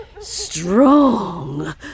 strong